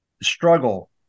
struggle